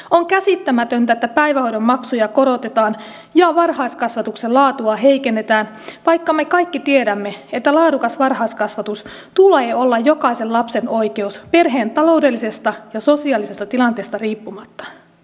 on käsittämätöntä että päivähoidon maksuja korotetaan ja varhaiskasvatuksen laatua heikennetään vaikka me kaikki tiedämme että laadukkaan varhaiskasvatuksen tulee olla jokaisen lapsen oikeus perheen taloudellisesta ja sosiaalisesta tilanteesta riippumatta